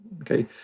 Okay